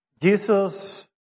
Jesus